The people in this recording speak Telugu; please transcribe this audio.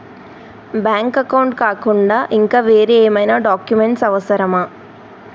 బ్యాంక్ అకౌంట్ కాకుండా ఇంకా వేరే ఏమైనా డాక్యుమెంట్స్ అవసరమా?